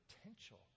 potential